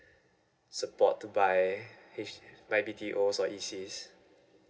support to buy H buy B_T_O or E_C